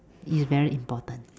it is very important